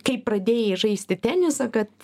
kai pradėjai žaisti tenisą kad